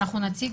אנחנו נציג,